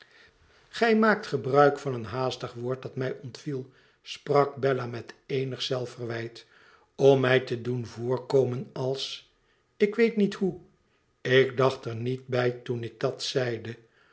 gij maakt gebruik van een haastig woord dat mij ontviel sprak bella met eenig zelfverwijt om mij te doen voorkomen als ik weet niet hoe ik dacht er niet bij toen ik dat zeide